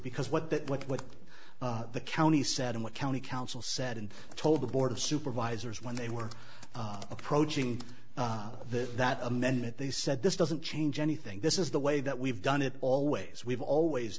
because what that what the county said and what county council said and told the board of supervisors when they were approaching this that amendment they said this doesn't change anything this is the way that we've done it always we've always